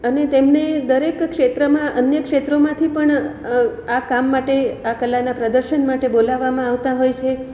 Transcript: અને તેમને દરેક ક્ષેત્રમાં અન્ય ક્ષેત્રોમાંથી પણ આ કામ માટે આ કલાના પ્રદર્શન માટે બોલાવવામાં આવતા હોય છે